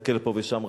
הסתכל פה ושם,